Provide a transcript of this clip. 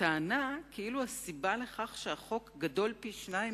הטענה כאילו הסיבה לכך שהחוק גדול פי שניים